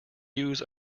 use